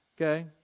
Okay